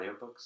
audiobooks